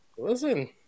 Listen